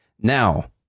Now